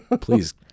Please